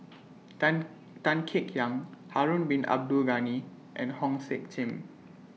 Tan Tan Kek Hiang Harun Bin Abdul Ghani and Hong Sek Chern